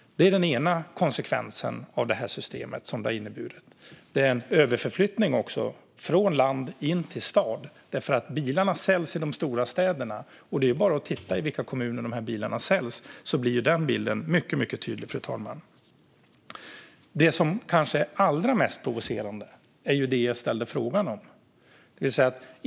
Det är den ena konsekvensen som systemet har inneburit. Sedan har vi också en överflyttning från land till stad. Bilarna säljs i de stora städerna - det är bara att titta på i vilka kommuner dessa bilar säljs så blir den bilden mycket tydlig, fru talman. Det som kanske är allra mest provocerande är det jag ställde frågan om.